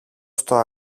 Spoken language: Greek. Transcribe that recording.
στο